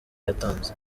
yatanze